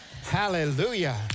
Hallelujah